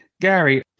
gary